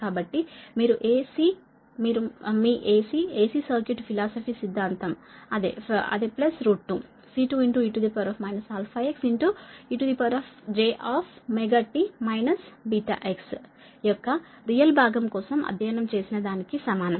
కాబట్టి మీరు మీ AC AC సర్క్యూట్ ఫిలాసఫీ సిద్ధాంతం అదే ప్లస్ 2 C2e αxejωt βx యొక్క రియల్ భాగం కోసం అధ్యయనం చేసినదానికి సమానం